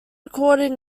recorded